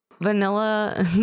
vanilla